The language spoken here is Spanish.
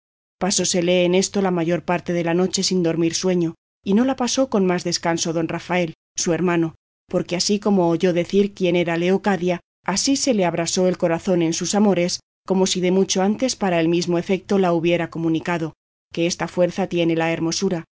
estaba obligado pasósele en esto la mayor parte de la noche sin dormir sueño y no la pasó con más descanso don rafael su hermano porque así como oyó decir quién era leocadia así se le abrasó el corazón en su amores como si de mucho antes para el mismo efeto la hubiera comunicado que esta fuerza tiene la hermosura